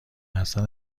اصلا